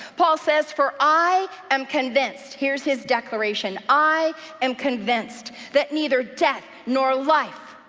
paul says for i am convinced, here's his declaration, i am convinced that neither death nor life,